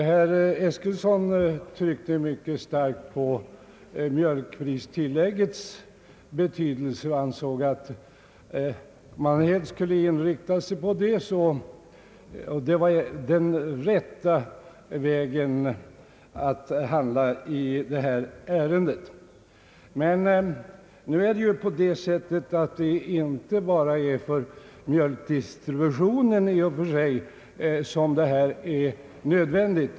Herr talman! Herr Eskilsson betonade mycket starkt mjölkpristilläggets betydelse och ansåg att man helt skulle inrikta sig på att det enda och riktiga i detta ärende skulle vara att höja tillägget. Men dessa billinjer är inte nödvändiga enbart för mjölkdistributionen.